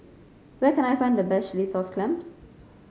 where can I find the best Chilli Sauce Clams